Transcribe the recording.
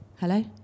Hello